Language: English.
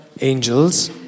angels